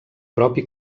propi